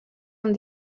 amb